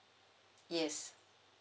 yes